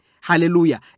Hallelujah